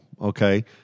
okay